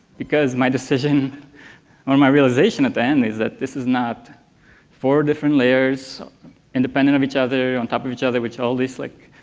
because my decision or my realization at the end is that this is not four different layers independent of each other, on top of each other, with all these like